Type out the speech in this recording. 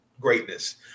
Greatness